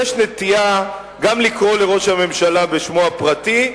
יש נטייה גם לקרוא לראש הממשלה בשמו הפרטי,